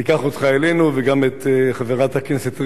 ניקח אותך אלינו, וגם את חברת הכנסת רגב,